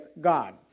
God